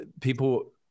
people